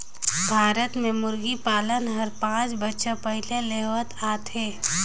भारत में मुरगी पालन हर पांच बच्छर पहिले ले होवत आत हे